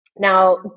Now